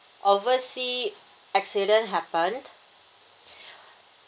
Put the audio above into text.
oversea accident happened